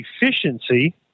efficiency